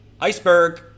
iceberg